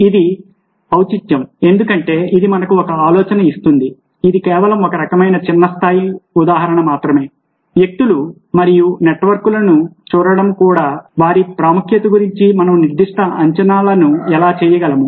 ఇది ఔచిత్యం ఎందుకంటే ఇది మనకు ఒక ఆలోచన ఇస్తుంది ఇది కేవలం ఒక రకమైన చిన్న స్థాయి ఉదాహరణ మాత్రమే వ్యక్తులు మరియు నెట్వర్క్లను చూడటం ద్వారా కూడా వారి ప్రాముఖ్యత గురించి మనం నిర్దిష్ట అంచనాలను ఎలా చేయగలము